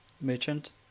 Merchant